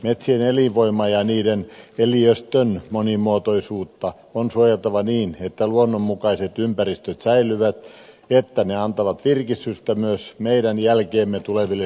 metsien elinvoimaa ja niiden eliöstön monimuotoisuutta on suojeltava niin että luonnonmukaiset ympäristöt säilyvät että ne antavat virkistystä myös meidän jälkeemme tuleville sukupolville